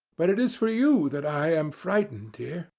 but it is for you that i am frightened, dear.